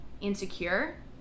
insecure